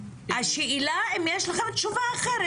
השאלה אם יש לכם תשובה אחרת.